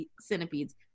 centipedes